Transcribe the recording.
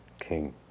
King